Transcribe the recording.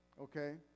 okay